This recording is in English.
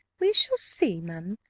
we shall see, ma'am,